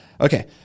Okay